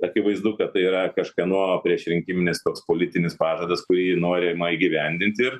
akivaizdu kad tai yra kažkieno priešrinkiminis toks politinis pažadas kurį norima įgyvendint ir